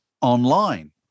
online